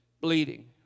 bleeding